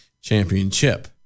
championship